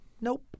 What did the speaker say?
nope